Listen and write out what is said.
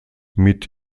mit